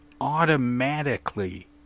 automatically